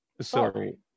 Sorry